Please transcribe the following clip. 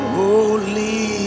holy